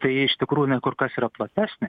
tai iš tikrųjų jinai kur kas yra platesnė